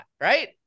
right